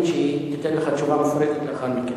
לך תשובה מפורטת לאחר מכן.